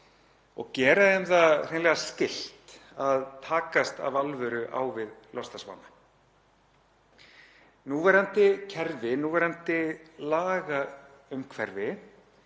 og gera þeim það hreinlega skylt að takast af alvöru á við loftslagsvána. Núverandi kerfi, núverandi lagaumhverfi,